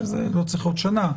שזה לא צריך להיות שנה,